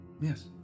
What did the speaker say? Yes